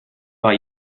war